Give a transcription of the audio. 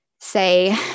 say